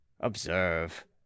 Observe